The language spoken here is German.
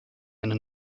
eine